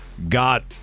got